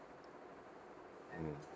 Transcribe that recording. mm